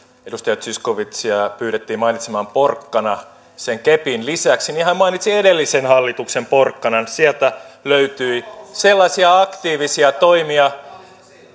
edustaja zyskowiczia pyydettiin mainitsemaan porkkana sen kepin lisäksi niin hän mainitsi edellisen hallituksen porkkanan sieltä löytyi sellaisia aktiivisia toimia